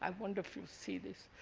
um wonder if you see this.